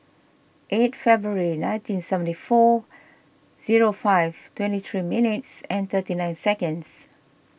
eight February nineteen seventy four zero five twenty three minutes and thirty nine seconds